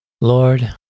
Lord